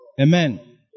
Amen